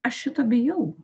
aš šito bijau